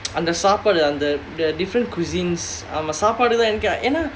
அந்த சாப்பாடு அந்த:andha saapaadu andha the the different cuisines சாப்பாடு தான் எங்க ஆனா:saapaadu thaan enga aanaa